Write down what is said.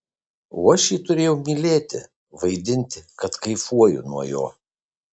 o aš jį turėjau mylėti vaidinti kad kaifuoju nuo jo